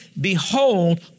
Behold